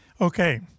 Okay